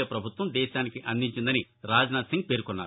ఏ పభుత్వం దేశానికి అందించిందని రాజ్నాథ్సింగ్ పేర్కొన్నారు